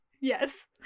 Yes